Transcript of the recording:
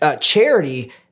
charity